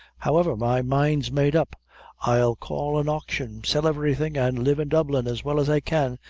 however, my mind's made up i'll call an auction sell everything and live in dublin as well as i can.